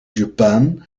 japan